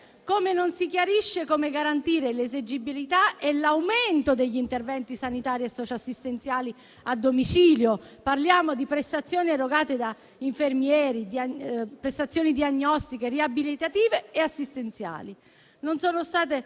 Come non si chiarisce come garantire l'esigibilità e l'aumento degli interventi sanitari e socio assistenziali a domicilio; parliamo di prestazioni erogate da infermieri, di prestazioni diagnostiche, riabilitative e assistenziali. Non sono state